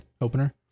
opener